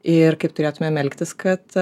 ir kaip turėtumėm elgtis kad